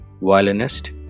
violinist